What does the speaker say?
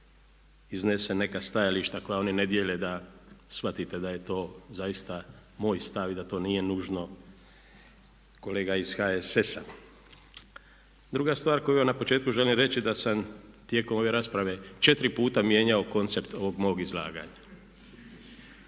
iznesem neka stajališta koja oni ne dijele da shvatite da je to zaista moj stav i da to nije nužno kolega iz HSS-a. Druga stvar koju vam na početku želim reći da sam tijekom ove rasprave četiri puta mijenjao koncept ovog mog izlaganja.